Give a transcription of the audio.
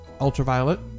ultraviolet